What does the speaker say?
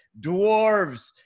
dwarves